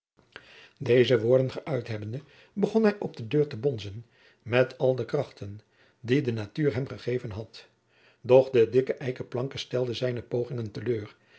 deze woorden geuit hebbende begon hij op de deur te bonzen met al de krachten die de natuur hem gegeven had doch de dikke eiken planken stelden zijne pogingen te leur